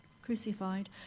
crucified